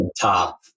top